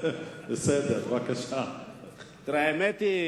האמת היא